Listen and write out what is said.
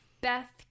Beth